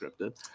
scripted